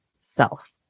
self